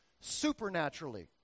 supernaturally